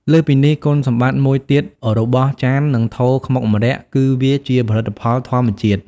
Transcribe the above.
លើសពីនេះ គុណសម្បត្តិមួយទៀតរបស់ ចាន និងថូខ្មុកម្រ័ក្សណ៍គឺវា ជាផលិតផលធម្មជាតិ។